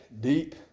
deep